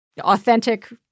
authentic